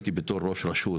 בתור ראש רשות,